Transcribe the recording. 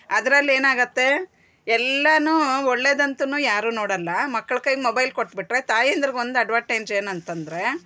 ಅದ್ರಲ್ಲಿ ಏನಾಗುತ್ತೆ ಎಲ್ಲವು ಒಳ್ಳೆದು ಅಂತಲು ಯಾರು ನೋಡಲ್ಲ ಮಕ್ಳ್ ಕೈಗೆ ಮೊಬೈಲ್ ಕೊಟ್ಬಿಟ್ರೆ ತಾಯಂದ್ರಿಗೆ ಒಂದು ಅಡ್ವಾಂಟೇಜ್ ಏನಂತೆಂದ್ರೆ